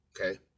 okay